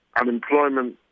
unemployment